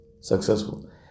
successful